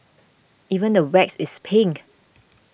even the wax is pink